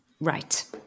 Right